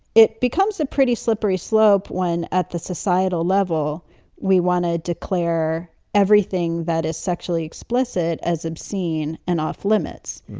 it becomes a pretty slippery slope when at the societal level we want to declare everything that is sexually explicit as obscene and off limits.